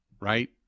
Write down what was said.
right